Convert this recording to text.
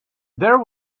there